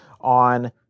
on